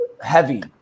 heavy